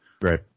Right